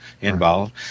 involved